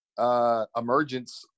emergence